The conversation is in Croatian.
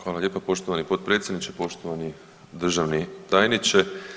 Hvala lijepa poštovani potpredsjedniče, poštovani državni tajniče.